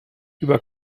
über